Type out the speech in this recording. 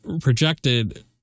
projected